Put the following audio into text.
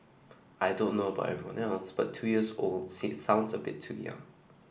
I don't know about everyone else but two years old sounds a bit too young